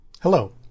Hello